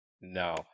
No